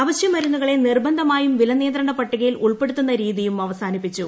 അവശ്യമരുന്നുകളെ നിർബന്ധമായും വിലനിയന്ത്രണ പട്ടികയിൽ ഉൾപ്പെടുത്തുന്ന രീതിയും അവസാനിപ്പിച്ചു